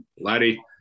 laddie